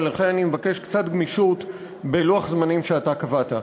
ולכן אני מבקש קצת גמישות בלוח הזמנים שאתה קבעת.